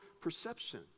perception